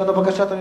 כן.